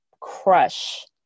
crush